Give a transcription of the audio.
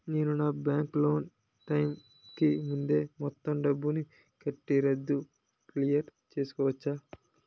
నేను నా bank loan నీ టైం కీ ముందే మొత్తం డబ్బుని కట్టి రద్దు క్లియర్ చేసుకోవచ్చా?